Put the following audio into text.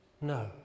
No